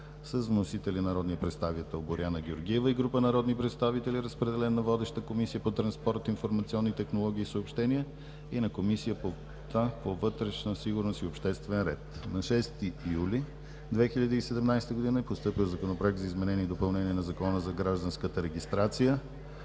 с вносители народният представител Боряна Георгиева и група народни представители. Водеща е Комисията по транспорт, информационни технологии и съобщения. Разпределен е и на Комисията по вътрешна сигурност и обществен ред. На 6 юли 2017 г. е постъпил Законопроект за изменение и допълнение на Закона за гражданската регистрация.